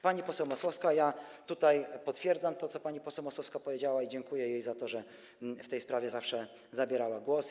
Pani poseł Masłowska - ja tutaj potwierdzam to, co pani poseł Masłowska powiedziała, i dziękuję jej za to, że w tej sprawie zawsze zabierała głos.